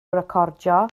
recordio